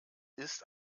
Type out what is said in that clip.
ist